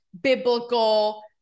biblical